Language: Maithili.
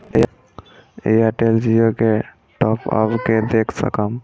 एयरटेल जियो के टॉप अप के देख सकब?